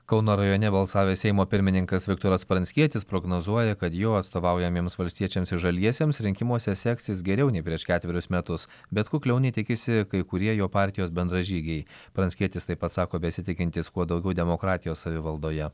kauno rajone balsavęs seimo pirmininkas viktoras pranckietis prognozuoja kad jo atstovaujamiems valstiečiams ir žaliesiems rinkimuose seksis geriau nei prieš ketverius metus bet kukliau nei tikisi kai kurie jo partijos bendražygiai pranckietis taip pat sako besitikintis kuo daugiau demokratijos savivaldoje